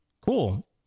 Cool